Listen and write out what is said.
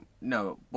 No